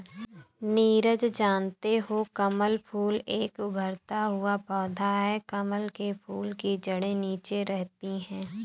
नीरज जानते हो कमल फूल एक उभरता हुआ पौधा है कमल के फूल की जड़े नीचे रहती है